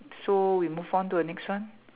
so we move on to the next one